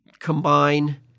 combine